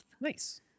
Nice